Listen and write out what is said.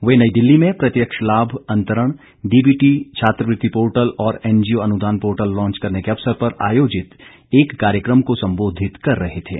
वे नई दिल्ली में प्रत्यक्ष लाभ अंतरण डीबीटी छात्रवृत्ति पोर्टल और एनजीओ अनुदान पोर्टल लॉन्च करने के अवसर पर आयोजित एक कार्यक्रम को संबोधित कर रहे थे